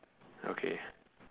okay